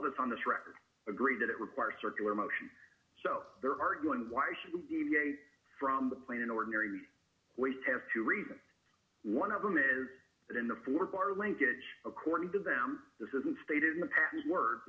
of us on this record agree that it requires circular motion so they're arguing why should we even from the plain ordinary way to have two reasons one of them is that in the four bar linkage according to them this isn't stated in the past words